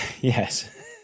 Yes